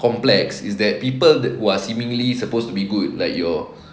complex is that people who are seemingly supposed to be good like your